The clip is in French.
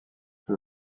tout